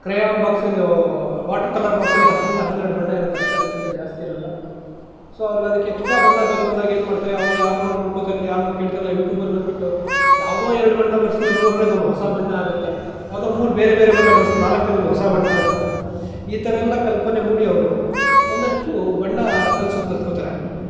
crayon ಬಾಕ್ಸದ್ದು water colour ಬಾಕ್ಸಲ್ಲಿ ಹತ್ತರಿಂದ ಹನ್ನೆರಡು ಬಣ್ಣ ಇರುತ್ತೆ ಅಷ್ಟೇ ಅದಕ್ಕಿಂತ ಜಾಸ್ತಿ ಇರಲ್ಲ ಸೊ ಅವ್ರಿಗೆ ಅದಕ್ಕೆ ಎಕ್ಸ್ಟ್ರಾ ಬಣ್ಣ ಬೇಕು ಅಂದಾಗ ಏನು ಮಾಡ್ತಾರೆ ಅವರು ಯಾರನ್ನು ನೋಡೋದಾಗ್ಲಿ ಯಾರನ್ನೂ ಕೇಳ್ತಿರಲಿಲ್ಲ ಯು ಟ್ಯೂಬಲ್ಲಿ ನೋಡಿಬಿಟ್ಟು ಯಾವುದೋ ಎರಡು ಬಣ್ಣ ಬೆರೆಸಿದ್ರೆ ಮೂರನೇದೊಂದು ಹೊಸ ಬಣ್ಣ ಆಗುತ್ತೆ ಯಾವುದೋ ಮೂರು ಬೇರೆ ಬೇರೆ ಬಣ್ಣ ಬಳಸಿದರೆ ನಾಲ್ಕನೇದು ಒಂದು ಹೊಸ ಬಣ್ಣ ಆಗುತ್ತೆ ಈ ಥರ ಎಲ್ಲ ಕಲ್ಪನೆ ಮೂಡಿ ಅವರು ಒಂದಷ್ಟು ಬಣ್ಣ ಕಲಸೋದು ಕಲಿತ್ಕೋತಾರೆ